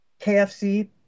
KFC